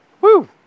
Woo